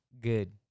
Good